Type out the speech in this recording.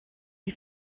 die